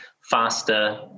faster